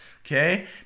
Okay